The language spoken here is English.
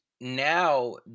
now